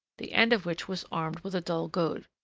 the end of which was armed with a dull goad.